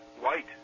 white